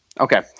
Okay